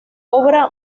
obra